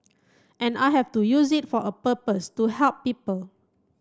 and I have to use it for a purpose to help people